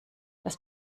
das